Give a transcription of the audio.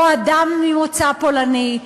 או אדם ממוצא פולני.